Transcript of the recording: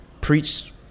preach